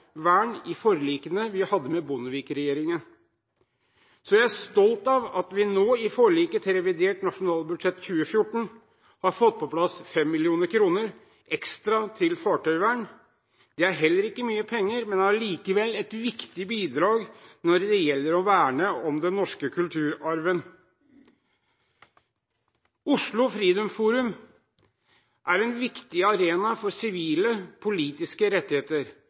i forlikene vi hadde med Bondevik-regjeringen. Jeg er stolt av at vi nå i forliket til revidert nasjonalbudsjett for 2014 har fått på plass 5 mill. kr ekstra til fartøyvern. Det er heller ikke mye penger, men allikevel et viktig bidrag når det gjelder å verne om den norske kulturarven. Oslo Freedom Forum er en viktig arena for sivile og politiske rettigheter